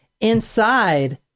Inside